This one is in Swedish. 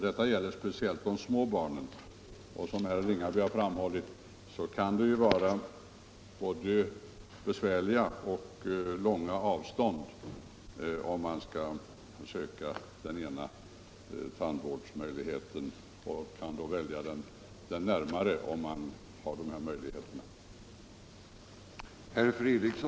Detta gäller speciellt de små barnen, och som herr Ringaby framhållit kan det ju vara långa och besvärliga avstånd till folktandvården. Man kan då välja den andra vårdmöjligheten som ligger närmare, om även barnen omfattas av försäkringen och kan följa föräldrarna till deras tandläkare.